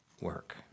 work